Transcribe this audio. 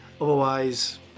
Otherwise